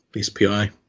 SPI